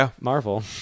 Marvel